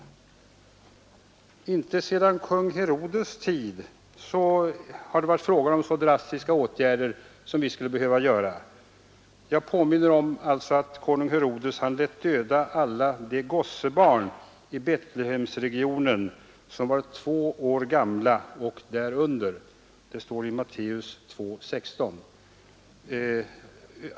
Inte sedan konung Herodes” tid har det varit fråga om så drastiska åtgärder som vi skulle behöva göra. Jag påminner om att konung Herodes lät döda alla de gossebarn i Betlehemsregionen som var två år gamla och därunder. Det står i Matteus 2:16.